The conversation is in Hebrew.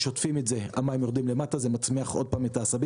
כששוטפים את זה המים יורדים למטה וזה מצמיח מחדש את העשבים,